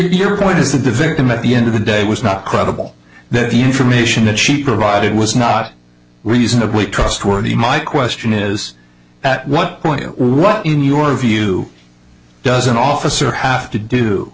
that the victim at the end of the day was not credible that the information that she provided was not reasonably trustworthy my question is at what point what in your view does an officer have to do